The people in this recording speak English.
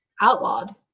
outlawed